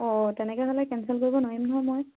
অঁ তেনেকেহ'লে কেঞ্চেল কৰিব নোৱাৰিম নহয় মই